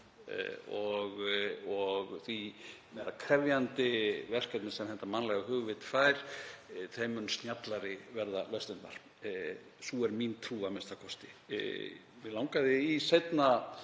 og því meira krefjandi verkefni sem hið mannlega hugvit fær, þeim mun snjallari verða lausnirnar. Sú er mín trú að minnsta kosti. Mig langaði í seinni